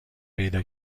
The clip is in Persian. پیدا